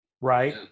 right